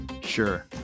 Sure